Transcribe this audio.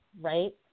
Right